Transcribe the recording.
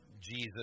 Jesus